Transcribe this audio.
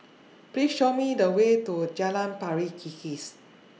Please Show Me The Way to Jalan Pari Kikis